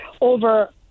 over